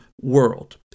world